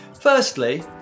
Firstly